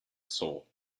soul